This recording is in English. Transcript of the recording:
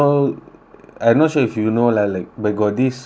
I'm not sure if you know like like we got these